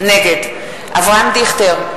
נגד אברהם דיכטר,